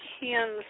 hands